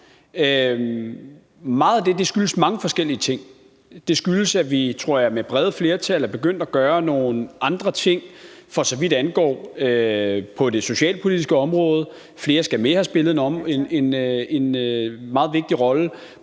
Meget af det skyldes mange forskellige ting. Det skyldes, at vi, tror jeg, med brede flertal er begyndt at gøre nogle andre ting på det socialpolitiske område. »Flere skal med« har spillet en meget vigtig rolle.